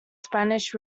spanish